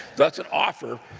that's an offer,